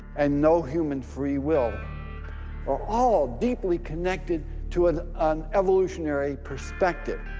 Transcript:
and no human free will are all deeply connected to an an evolutionary perspective.